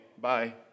bye